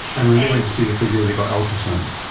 and when they went to see the physio they got ultrasound.